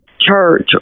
Church